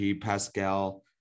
Pascal